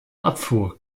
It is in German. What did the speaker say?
abfuhr